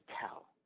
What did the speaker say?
tell